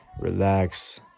relax